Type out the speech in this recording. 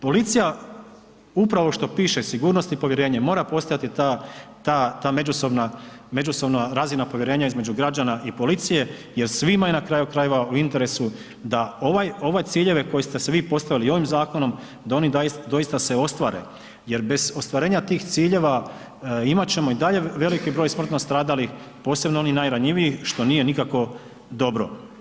Policija upravo što piše sigurnost i povjerenje mora postojati ta međusobna razina povjerenja između građana i policije jer svima je na kraju krajeve u interesu da ove ciljeve koje ste si vi postavili i ovim zakonom da oni doista se ostvare jer bez ostvarenja tih ciljeva imat ćemo i dalje veliki broj smrtno stradalih, posebno onih najranjivijih što nije nikako dobro.